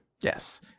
Yes